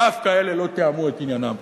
דווקא אלה לא תיאמו את עניינם.